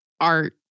art